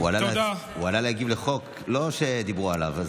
הוא עלה להגיב על החוק, לא זה שדיברו עליו.